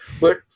but-